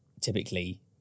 typically